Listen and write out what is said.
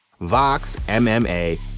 VOXMMA